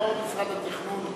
לא משרד התכנון,